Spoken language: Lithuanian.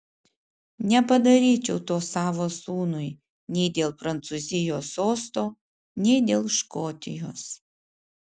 nepadaryčiau to savo sūnui nei dėl prancūzijos sosto nei dėl škotijos